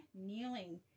kneeling